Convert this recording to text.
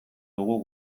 dugu